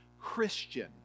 Christian